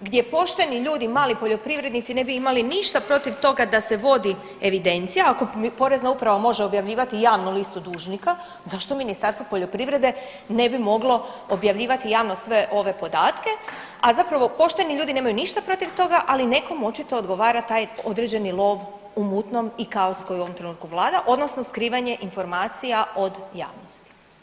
gdje pošteni ljudi i mali poljoprivrednici ne bi imali ništa protiv toga da se vodi evidencija, ako porezna uprava može objavljivati javnu listu dužnika zašto Ministarstvo poljoprivrede ne bi moglo objavljivati javno sve ove podatke, a zapravo pošteni ljudi nemaju ništa protiv toga, ali nekom očito odgovara taj određeni lov u mutnom i kaos koji u ovom trenutku vlada odnosno skrivanje informacija od javnosti.